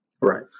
Right